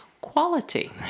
quality